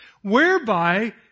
whereby